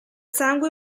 sangue